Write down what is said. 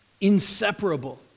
inseparable